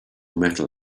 metal